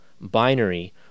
binary